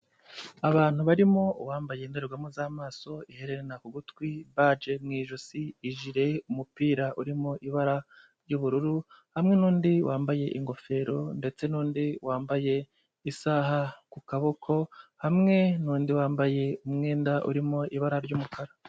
Abantu barimo uwambaye indorerwamo z'amaso, iherera ku gutwi, baje mu ijosi, ijire, umupira urimo ibara ry'ubururu, hamwe n'undi wambaye ingofero ndetse n'undi wambaye isaha ku kuboko, hamwe n'undi wambaye umwenda urimo ibara ry'umukara.